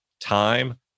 time